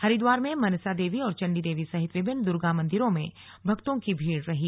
हरिद्वार में मनसा देवी और चंडी देवी सहित विभिन्न दुर्गा मंदिरों में भक्तों की भीड़ रही